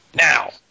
Now